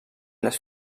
les